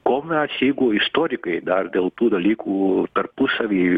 ko mes jeigu istorikai dar dėl tų dalykų tarpusavy